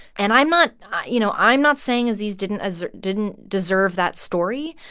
and i'm not you know, i'm not saying aziz didn't aziz didn't deserve that story.